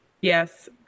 Yes